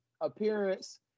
appearance